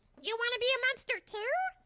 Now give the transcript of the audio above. you wanna be a monster, too?